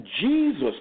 Jesus